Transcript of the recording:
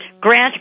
Grant